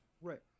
Right